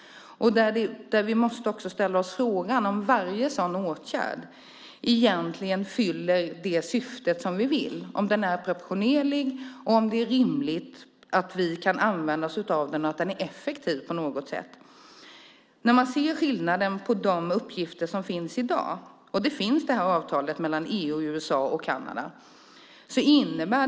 Vi måste också ställa oss frågan om varje sådan åtgärd egentligen fyller det syfte vi vill uppnå. Det handlar om att den är proportionerlig, att det är rimligt att vi kan använda oss av den och att den är effektiv på något sätt. Man ser skillnaden mellan de uppgifter som finns i dag enligt avtalet mellan EU, USA och Kanada.